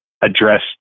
address